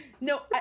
No